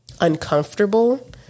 uncomfortable